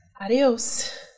Adios